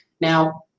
Now